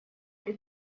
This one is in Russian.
при